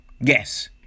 yes